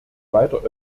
weiter